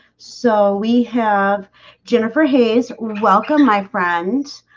so we have jennifer hays. welcome, my friend